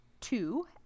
two